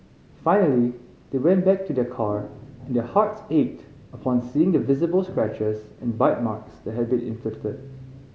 finally they went back to their car and their hearts ached upon seeing the visible scratches and bite marks that had been inflicted